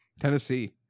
Tennessee